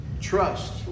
Trust